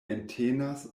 entenas